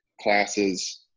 classes